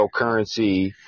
cryptocurrency